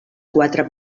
quatre